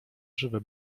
żywe